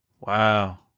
Wow